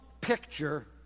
picture